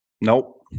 Nope